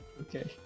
Okay